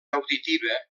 auditiva